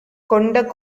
கொண்ட